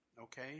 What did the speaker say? okay